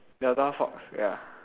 delta fox ya